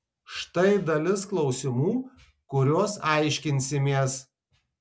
štai dalis klausimų kuriuos aiškinsimės